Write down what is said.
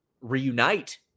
reunite